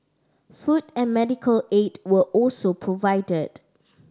food and medical aid were also provided